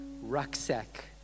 rucksack